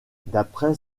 d’après